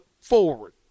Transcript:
forward